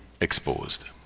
exposed